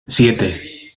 siete